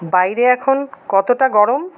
বাইরে এখন কতটা গরম